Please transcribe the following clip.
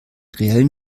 reellen